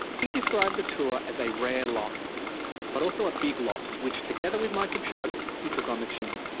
he described the tour as a rare loss but also a big loss, which, together with michael chugg, he took on the chin.